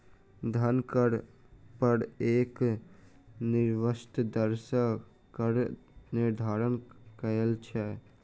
धन कर पर एक निश्चित दर सॅ कर निर्धारण कयल छै